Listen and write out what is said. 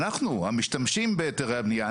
אנחנו המשתמשים בהיתרי הבניה,